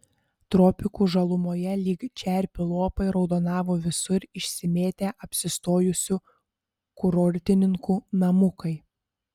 tropikų žalumoje lyg čerpių lopai raudonavo visur išsimėtę apsistojusių kurortininkų namukai